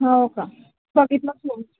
हो का बघितलंच नव्हतं